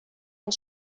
and